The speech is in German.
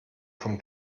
vom